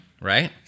right